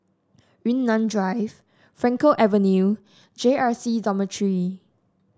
Yunnan Drive Frankel Avenue J R C Dormitory